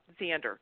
Xander